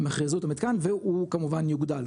הם יכרזו את המתקן והוא כמובן יוגדל,